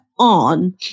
on